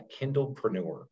Kindlepreneur